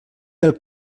pel